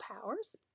powers